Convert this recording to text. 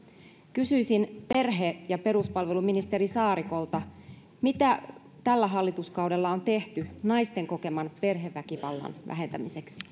kysyisin perhe ja peruspalveluministeri saarikolta mitä tällä hallituskaudella on tehty naisten kokeman perheväkivallan vähentämiseksi